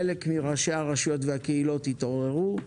חלק מראשי הרשויות והקהילות התעוררו,